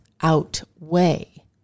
outweigh